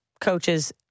coaches